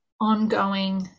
ongoing